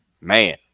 man